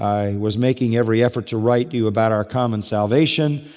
i was making every effort to write you about our common salvation,